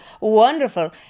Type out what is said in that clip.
wonderful